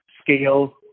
scale